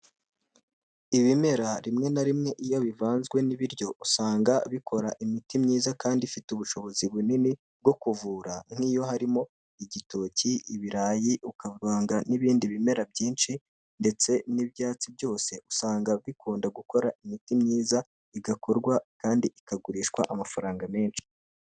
Ibimera rimwe na rimwe iyo bivanzwe n'ibiryo usanga bikora imiti myiza kandi ifite ubushobozi bunini bwo kuvura; nk'iyo harimo igitoki, ibirayi ukavanga n'ibindi bimera byinshi ndetse n'ibyatsi byose, usanga bikunda gukora imiti myiza igakorwa kandi ikagurishwa amafaranga menshi.